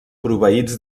proveïts